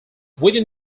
within